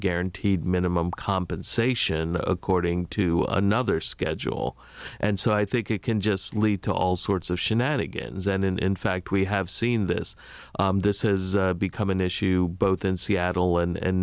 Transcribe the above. guaranteed minimum compensation according to another schedule and so i think it can just lead to all sorts of shenanigans and in fact we have seen this this has become an issue both in seattle and